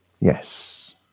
Yes